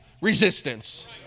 resistance